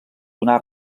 donà